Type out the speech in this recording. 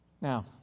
Now